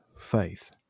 faith